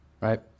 right